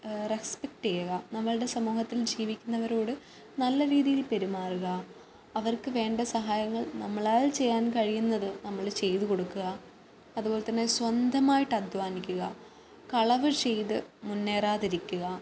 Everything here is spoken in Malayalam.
റെസ്പെക്ട് ചെയ്യുക നമ്മളുടെ സമൂഹത്തിൽ ജീവിക്കുന്നവരോട് നല്ല രീതിയിൽ പെരുമാറുക അവർക്ക് വേണ്ട സഹായങ്ങൾ നമ്മളാൽ ചെയ്യാൻ കഴിയുന്നത് നമ്മൾ ചെയ്ത് കൊടുക്കുക അതുപോലെ തന്നെ സ്വന്തമായിട്ട് അധ്വാനിക്കുക കളവ് ചെയ്ത് മുന്നേറാതിരിക്കുക